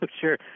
Sure